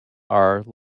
are